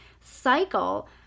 cycle